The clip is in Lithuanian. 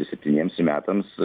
septyniems metams